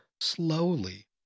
slowly